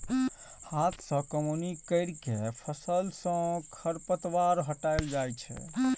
हाथ सं कमौनी कैर के फसल सं खरपतवार हटाएल जाए छै